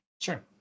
Sure